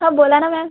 हां बोला ना मॅम